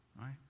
right